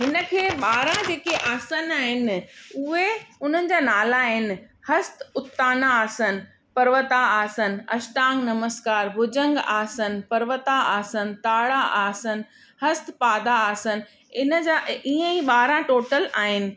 हिन खे ॿारहं जेके आसन आहिनि उहे उन्हनि जा नाला आहिनि हस्त उत्तानासन पर्वतासन अष्टांग नमस्कार भुजंग आसन पर्वतासन ताड़ासन हस्तपादा आसन इन जा ईअं ई ॿारहं टोटल आहिनि